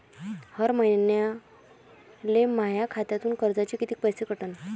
हर महिन्याले माह्या खात्यातून कर्जाचे कितीक पैसे कटन?